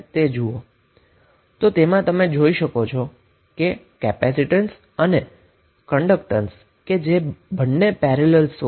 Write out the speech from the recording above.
જ્યા તમે જોઈ શકો છો કે કેપેસિટન્સ અને કન્ડક્ટન્સ કે જે બંને સોર્સ સાથે પેરેલલમા છે